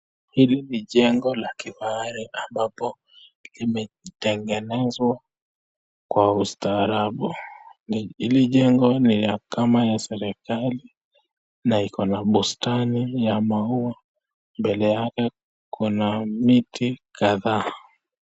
Hili ni jengo la kimaalum ambapo limetengenezwa kwa ustaarabu. Hili jengo ni kama ni la serikali na iko na bustani ya maua. Mbele yake kuna miti kadhaa.